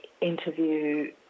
interview